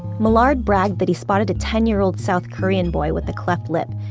millard bragged that he spotted a ten year old south korean boy with a cleft lip,